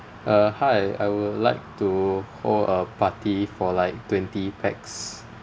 uh hi I would like to hold a party for like twenty pax